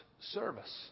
service